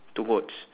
two goats